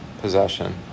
possession